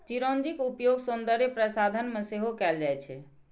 चिरौंजीक उपयोग सौंदर्य प्रसाधन मे सेहो कैल जाइ छै